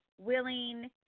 willing